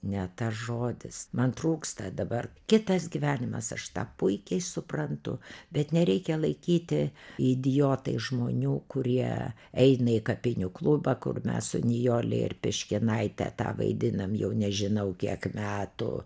ne tas žodis man trūksta dabar kitas gyvenimas aš tą puikiai suprantu bet nereikia laikyti idiotais žmonių kurie eina į kapinių klubą kur mes su nijole ir piškinaite tą vaidinam jau nežinau kiek metų